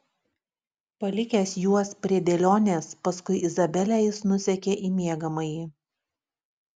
palikęs juos prie dėlionės paskui izabelę jis nusekė į miegamąjį